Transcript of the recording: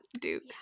duke